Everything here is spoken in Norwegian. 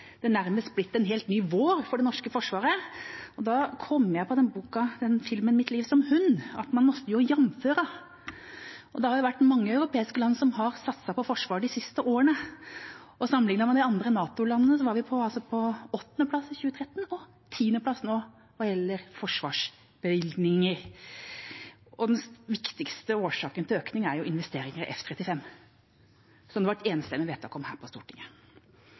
det nå nærmest har blitt en helt ny vår for det norske forsvaret, kommer jeg på boka og filmen Mitt liv som hund – «man måste jämföra». Det har vært mange europeiske land som har satset på forsvaret de siste årene. Sammenlignet med de andre NATO-landene var vi på åttendeplass i 2013, og nå er vi på tiendeplass hva gjelder forsvarsbevilgninger. Den viktigste årsaken til økning er investeringer i F-35, som det var et enstemmig vedtak om her på Stortinget.